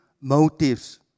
motives